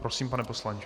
Prosím, pane poslanče.